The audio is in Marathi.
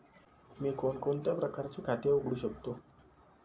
मी कोणकोणत्या प्रकारचे खाते उघडू शकतो?